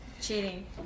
Cheating